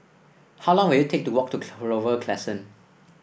how long will it take to walk to Clover Crescent